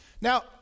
Now